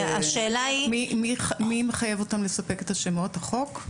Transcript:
מי מחייב אותם לספק את השמות, החוק?